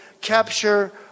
capture